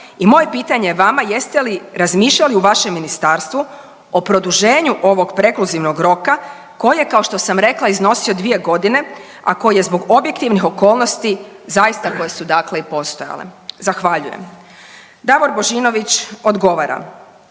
i moje pitanje vama jeste li razmišljali u vašem Ministarstvu o produženju ovog prekluzivnog roka kojeg, kao što sam rekla, iznosio 2 godine, a koji je zbog objektivnih okolnosti zaista koje su dakle i postojale. Zahvaljujem. Davor Božinović odgovara,